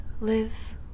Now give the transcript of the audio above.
live